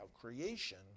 creation